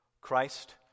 Christ